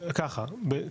ככה, בעצם,